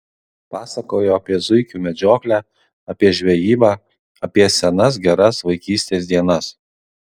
pasakojo apie zuikių medžioklę apie žvejybą apie senas geras vaikystės dienas